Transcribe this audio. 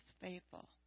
faithful